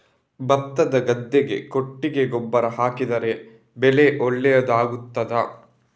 ಭತ್ತದ ಗದ್ದೆಗೆ ಕೊಟ್ಟಿಗೆ ಗೊಬ್ಬರ ಹಾಕಿದರೆ ಬೆಳೆ ಒಳ್ಳೆಯದು ಆಗುತ್ತದಾ?